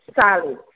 solid